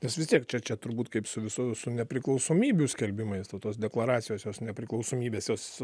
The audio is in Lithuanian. nes vis tiek čia čia turbūt kaip su visų su nepriklausomybių skelbimais va tos deklaracijos jos nepriklausomybės jos